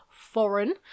foreign